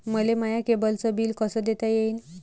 मले माया केबलचं बिल कस देता येईन?